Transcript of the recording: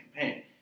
campaign